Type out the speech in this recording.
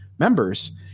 members